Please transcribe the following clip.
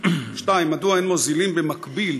2. מדוע אין מוזילים במקביל